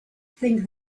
think